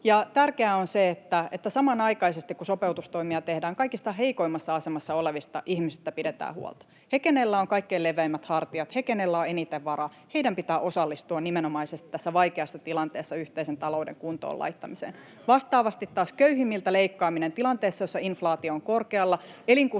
tärkeää on se, että samanaikaisesti kun sopeutustoimia tehdään, kaikista heikoimmassa asemassa olevista ihmisistä pidetään huolta. Heidän, keillä on kaikkein leveimmät hartiat, heidän, keillä on eniten varaa, pitää osallistua nimenomaisesti tässä vaikeassa tilanteessa yhteisen talouden kuntoon laittamiseen. Vastaavasti taas köyhimmiltä leikkaaminen tilanteessa, jossa inflaatio on korkealla